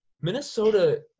Minnesota